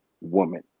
woman